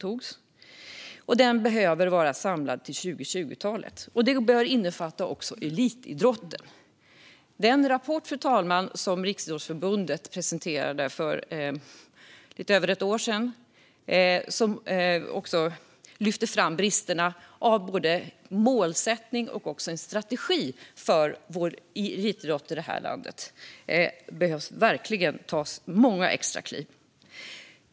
Idrotten behöver samlas inför 2020-talet, och utredningen bör också innefatta elitidrotten. Den rapport, fru talman, som Riksidrottsförbundet presenterade för lite över ett år sedan lyfte fram bristerna i mål och strategi för elitidrotten i landet. Det behövs verkligen många extra kliv.